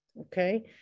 okay